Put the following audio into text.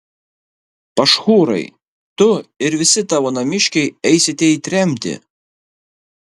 pašhūrai tu ir visi tavo namiškiai eisite į tremtį